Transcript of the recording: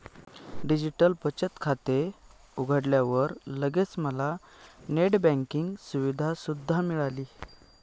digital बचत खाते उघडल्यावर लगेच मला नेट बँकिंग सुविधा सुद्धा मिळाली